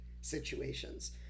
situations